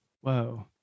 Whoa